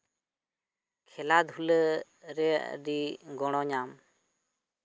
ᱠᱷᱮᱞᱟᱫᱷᱩᱞᱟᱹ ᱨᱮ ᱟᱹᱰᱤ ᱜᱚᱲᱚ ᱧᱟᱢ